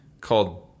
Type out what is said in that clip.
called